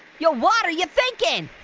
yo, water you thinking?